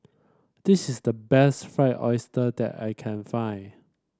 this is the best Fried Oyster that I can find